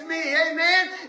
Amen